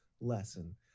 lesson